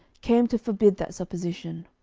came to forbid that supposition.